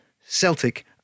Celtic